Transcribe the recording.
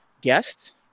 guests